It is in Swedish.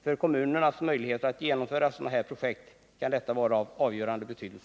Det kan vara av avgörande betydelse för kommunernas möjligheter att genomföra sådana projekt.